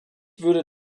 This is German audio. würde